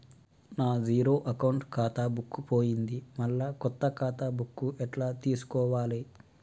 నా zero account ఖాతా book పోయింది మళ్ళా కొత్త ఖాతా బుక్కు ఎట్ల తీసుకోవాలే?